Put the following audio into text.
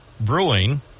Brewing